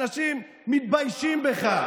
אנשים מתביישים בך,